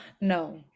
No